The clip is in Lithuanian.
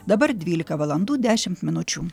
dabar dvylika valandų dešimt minučių